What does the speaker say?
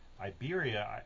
Iberia